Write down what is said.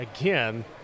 again